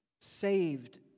saved